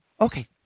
Okay